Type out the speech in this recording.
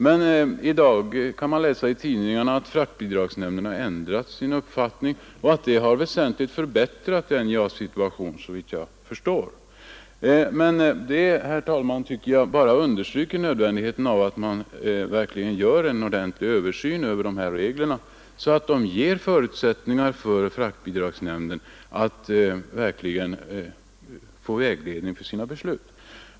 I dag kan man emellertid läsa i tidningarna att fraktbidragsnämnden har ändrat sin uppfattning, och det har väsentligt förbättrat NJA:s situation. Men, herr talman, jag tycker att detta bara understryker nödvändigheten av att det görs en ordentlig översyn av de här reglerna, så att de ger förutsättningar för fraktbidragsnämnden att verkligen få vägledning för sina beslut.